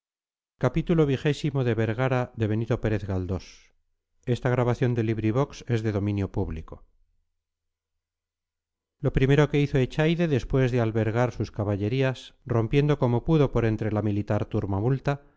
lo primero que hizo echaide después de albergar sus caballerías rompiendo como pudo por entre la militar turbamulta fue